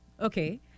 Okay